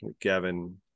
Gavin